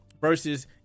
versus